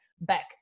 back